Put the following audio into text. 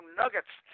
nuggets